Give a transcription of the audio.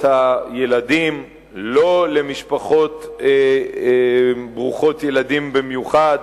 הילדים לא למשפחות ברוכות ילדים במיוחד,